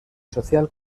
social